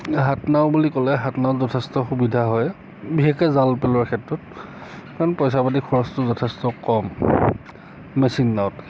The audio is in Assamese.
হাত নাও বুলি ক'লে হাত নাও যথেষ্ট সুবিধা হয় বিশেষকৈ জাল পোলোৱাৰ ক্ষেত্ৰত কাৰণ পইচা পাতিৰ খৰচটো যথেষ্ট কম মেচিন নাওতকৈ